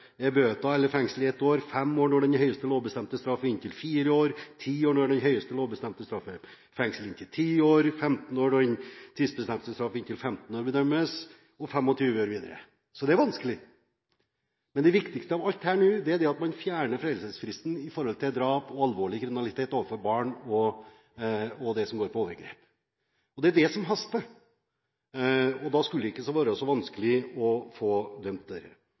er bøter eller fengsel i ett år, fem år når den høyeste lovbestemte straff er inntil fire år, ti år når den høyeste lovbestemte straff er fengsel i inntil ti år, femten år når den lovbestemte straff inntil femten år pådømmes og så videre. Det er vanskelig. Men det viktigste av alt nå, er at man fjerner foreldelsesfristen for drap og alvorlig kriminalitet overfor barn, og det som går på overgrep. Det er det som haster. Da skulle det ikke være så vanskelig å få